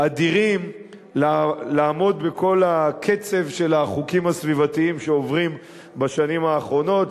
אדירים לעמוד בקצב של כל החוקים הסביבתיים שעוברים בשנים האחרונות,